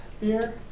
beer